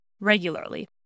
regularly